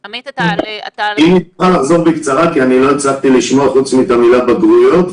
אני אחזור בקצרה על הדברים בגלל שנותקת,